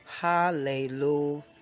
Hallelujah